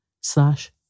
slash